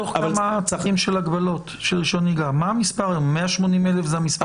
180,000 זה המספר?